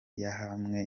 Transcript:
yahamwe